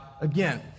again